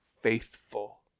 faithful